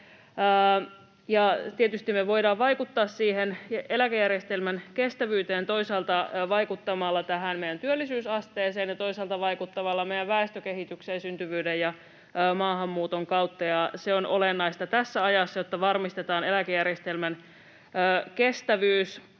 Tietysti me voidaan vaikuttaa eläkejärjestelmän kestävyyteen toisaalta vaikuttamalla meidän työllisyysasteeseen ja toisaalta vaikuttamalla meidän väestökehitykseen syntyvyyden ja maahanmuuton kautta, ja se on olennaista tässä ajassa, jotta varmistetaan eläkejärjestelmän kestävyys